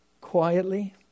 quietly